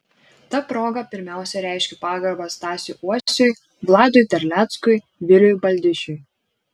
ta proga pirmiausia reiškiu pagarbą stasiui uosiui vladui terleckui viliui baldišiui